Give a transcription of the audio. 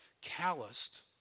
Calloused